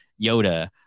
Yoda